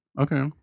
Okay